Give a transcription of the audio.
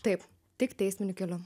taip tik teisminiu keliu